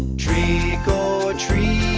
trick or treating,